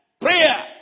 Prayer